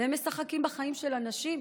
והם משחקים בחיים של אנשים,